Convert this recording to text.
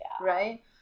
right